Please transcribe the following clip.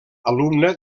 alumne